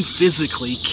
physically